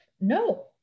No